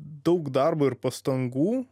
daug darbo ir pastangų